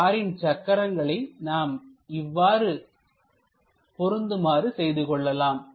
காரின் சக்கரங்களை நாம் இவ்வாறு பொருந்துமாறு செய்து கொள்ளலாம்